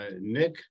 Nick